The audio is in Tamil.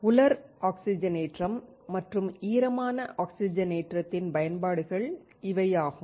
உலர் ஆக்சிஜனேற்றம் மற்றும் ஈரமான ஆக்ஸிஜனேற்றத்தின் பயன்பாடுகள் இவை ஆகும்